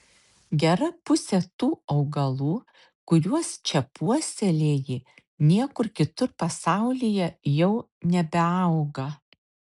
gera pusė tų augalų kuriuos čia puoselėji niekur kitur pasaulyje jau nebeauga